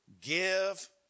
give